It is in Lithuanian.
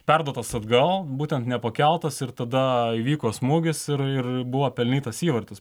perduotas atgal būtent nepakeltas ir tada įvyko smūgis ir ir buvo pelnytas įvartis